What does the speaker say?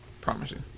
promising